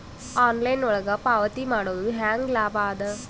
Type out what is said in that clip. Online ಒಳಗ ಪಾವತಿ ಮಾಡುದು ಹ್ಯಾಂಗ ಲಾಭ ಆದ?